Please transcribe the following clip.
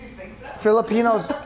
Filipinos